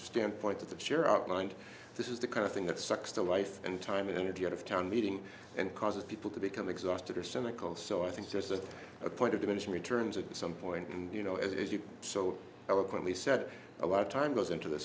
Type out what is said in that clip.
standpoint of the chair outlined this is the kind of thing that sucks the life and time and energy out of town meeting and causes people to become exhausted or so michael so i think there's a point of diminishing returns at some point and you know as you so eloquently said a lot of time goes into th